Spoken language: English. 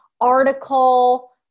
article